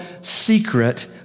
secret